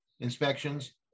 inspections